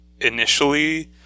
initially